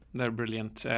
there are brilliant.